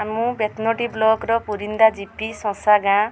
ମୁଁ ବେତନଟି ବ୍ଲକର ପୁରିନ୍ଦା ଜିପି ଶଶା ଗାଁ